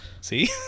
See